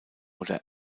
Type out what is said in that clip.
oder